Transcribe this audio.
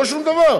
לא שום דבר.